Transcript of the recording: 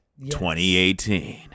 2018